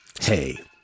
Hey